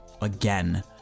again